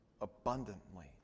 abundantly